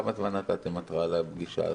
כמה זמן נתתם התראה לפגישה הזאת?